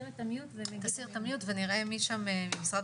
נראה מי שם ממשרד